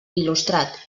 il·lustrat